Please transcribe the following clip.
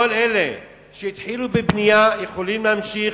כל אלה שהתחילו בבנייה יכולים להמשיך,